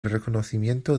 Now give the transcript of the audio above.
reconocimiento